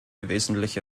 wesentliche